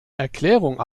erklärung